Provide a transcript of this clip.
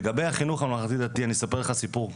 לגבי החינוך הממלכתי דתי אני אספר לך סיפור קצר,